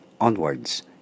onwards